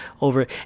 over –